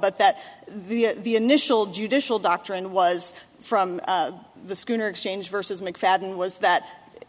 but that the the initial judicial doctrine was from the schooner exchange versus mcfadden was that